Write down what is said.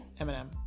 Eminem